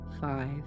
five